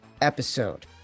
episode